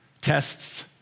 Tests